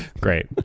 Great